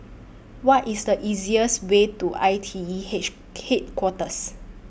What IS The easiest Way to I T E hatch Headquarters